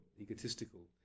egotistical